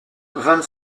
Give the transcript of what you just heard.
vingt